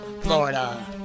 Florida